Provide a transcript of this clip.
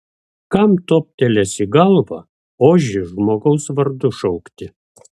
kam toptels į galvą ožį žmogaus vardu šaukti